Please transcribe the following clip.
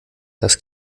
das